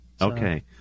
Okay